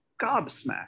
gobsmacked